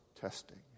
testing